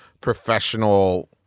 professional